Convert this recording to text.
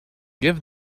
give